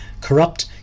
corrupt